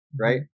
right